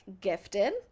gifted